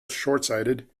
shortsighted